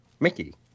Mickey